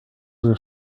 were